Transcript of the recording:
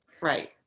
right